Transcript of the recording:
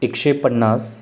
एकशे पन्नास